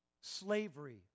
slavery